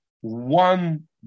One